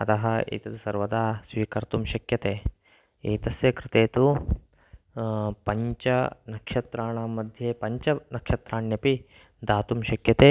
अतः एषा सर्वदा स्वीकर्तुं शक्यते एतस्याः कृते तु पञ्चनक्षत्राणां मध्ये पञ्चनक्षत्राण्यपि दातुं शक्यते